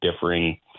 differing